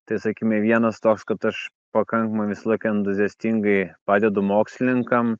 tai sakyme vienas toks kad aš pakankmai visą laiką entuziastingai padedu mokslininkam